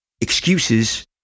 excuses